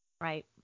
Right